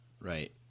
right